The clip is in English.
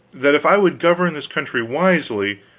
that if i would govern this country wisely,